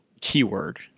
keyword